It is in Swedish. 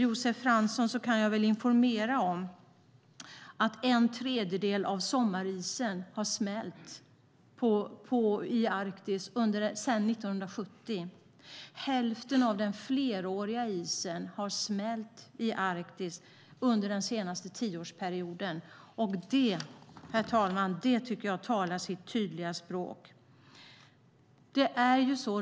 Jag kan informera Josef Fransson om att en tredjedel av sommarisen i Arktis har smält sedan 1970. Hälften av den fleråriga isen i Arktis har smält under den senaste tioårsperioden. Jag tycker att det talar sitt tydliga språk, herr talman.